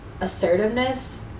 assertiveness